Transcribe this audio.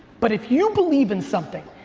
but if you believe in something,